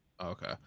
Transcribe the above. Okay